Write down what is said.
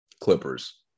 Clippers